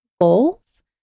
goals